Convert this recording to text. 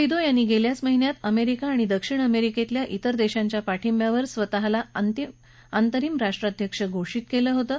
D यांनी गेल्याच महिन्यात अमेरिका आणि दक्षिण अमेरिकेतल्या तिर देशांच्या पाठिंब्यावर स्वतःला अंतरिम राष्ट्राध्यक्ष घोषित केलं होतं